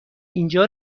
اینجا